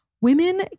Women